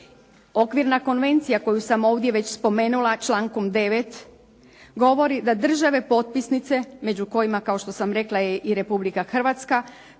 Okvirna konvencija koju sam ovdje već spomenula člankom 9. govori da države potpisnice među kojima kao što sam rekla je i Republika Hrvatska